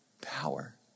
power